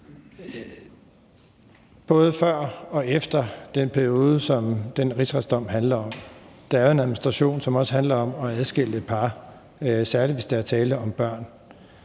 Både før og efter den periode, som den rigsretsdom handler om, har der været en administration, som også handler om at adskille par, særlig hvis der er tale om børn.